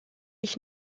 ich